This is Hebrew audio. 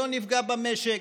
לא נפגע במשק,